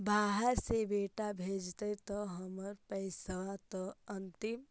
बाहर से बेटा भेजतय त हमर पैसाबा त अंतिम?